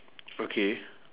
okay